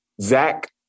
Zach